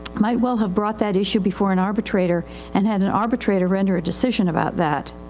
might well have brought that issue before an arbitrator and had an arbitrator render a decision about that.